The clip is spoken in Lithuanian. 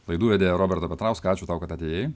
laidų vedėją robertą petrauską ačiū tau kad atėjai